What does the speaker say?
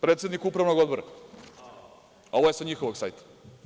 Predsednik Upravnog odbora, ovo je sa njihovog sajta.